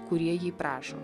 kurie jį prašo